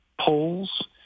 polls